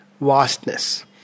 vastness